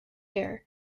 heir